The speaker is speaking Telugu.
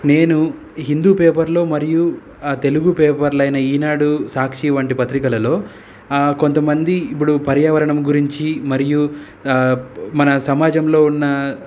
నేను హిందూ పేపర్లో మరియు తెలుగు పేపర్లు అయిన ఈనాడు సాక్షి వంటి పత్రికలలో కొంతమంది ఇప్పుడు పర్యావరణం గురించి మరియు మన సమాజంలో ఉన్న